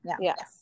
Yes